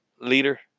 leader